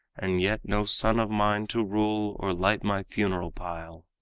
and yet no son of mine to rule or light my funeral pile.